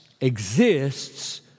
exists